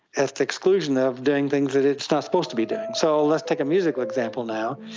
at the exclusion of doing things that it's not supposed to be doing. so let's take a musical example now.